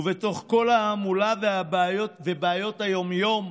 ובתוך כל ההמולה ובעיות היום-יום,